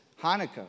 Hanukkah